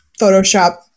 Photoshop